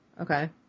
Okay